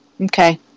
Okay